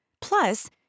Plus